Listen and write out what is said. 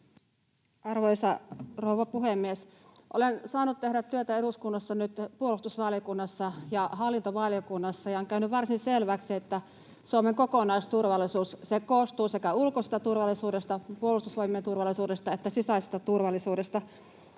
Arvoisa rouva puhemies! Olen saanut tehdä työtä eduskunnassa nyt puolustusvaliokunnassa ja hallintovaliokunnassa, ja on käynyt varsin selväksi, että Suomen kokonaisturvallisuus koostuu sekä ulkoisesta turvallisuudesta, Puolustusvoimien takaamasta turvallisuudesta, että sisäisestä turvallisuudesta.